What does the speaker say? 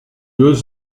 deux